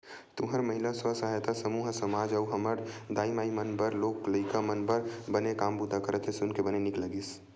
तुंहर महिला स्व सहायता समूह ह समाज अउ हमर दाई माई मन बर लोग लइका मन बर बने काम बूता करत हे सुन के बने नीक लगिस